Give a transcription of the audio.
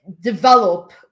develop